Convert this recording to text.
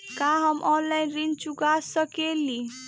का हम ऑनलाइन ऋण चुका सके ली?